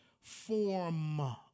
form